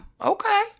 Okay